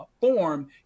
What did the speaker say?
form